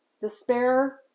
despair